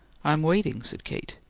i'm waiting, said kate.